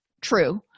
true